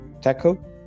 tackle